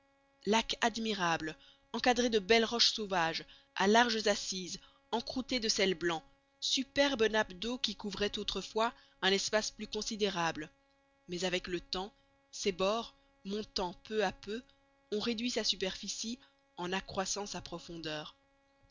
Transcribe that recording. lac admirable encadré de belles roches sauvages à larges assises encroûtées de sel blanc superbe nappe d'eau qui couvrait autrefois un espace plus considérable mais avec le temps ses bords montant peu à peu ont réduit sa superficie en accroissant sa profondeur